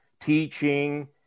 teaching